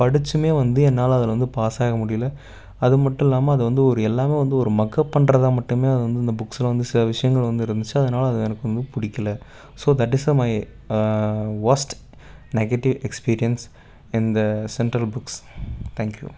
படிச்சுமே வந்து என்னால் அதில் வந்து பாஸ் ஆக முடியல அதுமட்டும் இல்லாமல் அது வந்து ஒரு எல்லாமே வந்து ஒரு மக்கப் பண்றதாக மட்டுமே அது வந்து இந்த புக்ஸ்லாம் வந்து சில விஷயங்கள் வந்து இருந்துச்சு அதனால அது எனக்கு வந்து பிடிக்கில so that is a my worst negative experience இந்த the central books thank you